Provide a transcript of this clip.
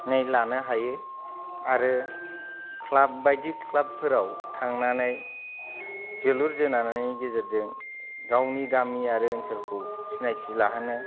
लानो हायो आरो ख्लाब बायदि ख्लाबफोराव थांनानै जोलुर जोनायनि गेजेरजों गावनि गामि आरो ओनसोलखौ सिनायथि लाहोनो